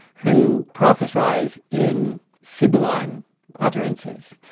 who prophecies in sibylline utterances,